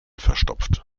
verstopft